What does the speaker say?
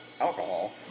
alcohol